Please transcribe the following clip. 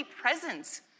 presence